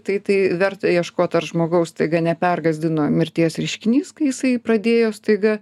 tai tai verta ieškot ar žmogaus staiga ne pergąsdino mirties reiškinys kai jisai pradėjo staiga